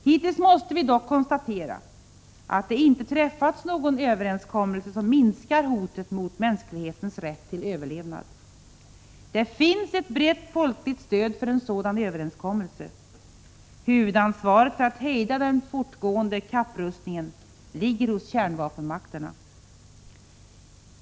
Hittills har vi dock varit tvungna att konstatera att det inte träffats någon överenskommelse som minskar hotet mot mänsklighetens rätt till överlevnad. Det finns ett brett folkligt stöd för en sådan överenskommelse. Huvudansvaret för att hejda den fortgående kapprustningen ligger hos kärnvapenmakterna.